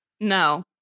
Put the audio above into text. No